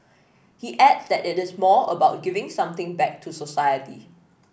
he adds that it is more about giving something back to society